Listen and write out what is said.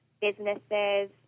businesses